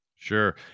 Sure